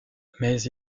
mais